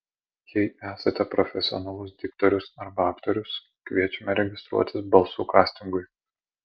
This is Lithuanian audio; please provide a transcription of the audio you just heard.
jei esate profesionalus diktorius arba aktorius kviečiame registruotis balsų kastingui